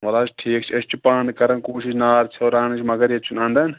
وَل حظ ٹھیٖک چھِ أسۍ چھِ پانہٕ کَران کوٗشِش نار ژھیٚورانٕچ مَگر ییٚتہِ چھُنہٕ اَندان